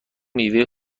میوه